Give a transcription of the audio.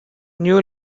new